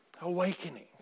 awakening